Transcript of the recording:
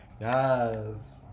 Yes